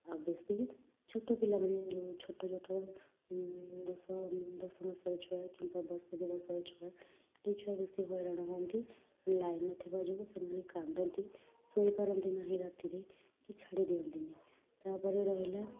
ଆଉ ବେଶି ଛୋଟ ପିଲାମାନେ ଯେଉଁ ଛୋଟ ଛୋଟ ଦଶ ଦଶ ମାସର ଛୁଆ କିମ୍ବା ବର୍ଷେ ଦୁଇ ବର୍ଷର ଛୁଆ ଏହି ଛୁଆ ବେଶି ହଇରାଣ ହୁଅନ୍ତି ଲାଇନ୍ ନଥିବା ଯୋଗୁଁ ସେମାନେ କାନ୍ଦନ୍ତି ଶୋଇପାରନ୍ତି ନାହିଁ ରାତିରେ କି ଛାଡ଼ି ଦିଅନ୍ତିନି ତା'ପରେ ରହିଲା